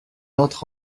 entre